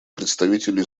представителю